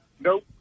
nope